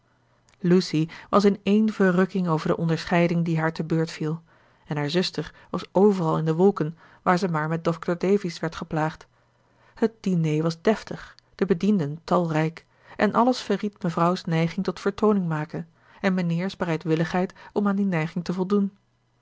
lucy was in één verrukking over de onderscheiding die haar te beurt viel en haar zuster was overal in de wolken waar ze maar met dr davies werd geplaagd het diner was deftig de bedienden talrijk en alles verried mevrouw's neiging tot vertooning maken en mijnheer's bereidwilligheid om aan die neiging te voldoen